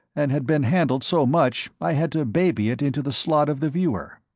and had been handled so much i had to baby it into the slot of the viewer.